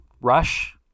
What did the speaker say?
rush